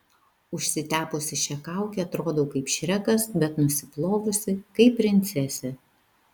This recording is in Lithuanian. užsitepusi šią kaukę atrodau kaip šrekas bet nusiplovusi kaip princesė